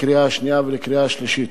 לקריאה שנייה ולקריאה שלישית.